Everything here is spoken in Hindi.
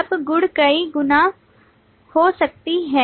अब गुण कई गुना हो सकती है